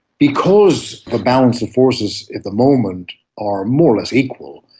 because the balance of forces at the moment are more or less equal,